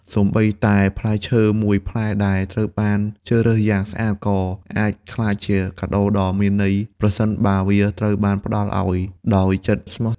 សូម្បីតែផ្លែឈើមួយផ្លែដែលត្រូវបានជ្រើសរើសយ៉ាងស្អាត ក៏អាចក្លាយជាកាដូដ៏មានន័យ ប្រសិនបើវាត្រូវបានផ្ដល់ឱ្យដោយចិត្តស្មោះ។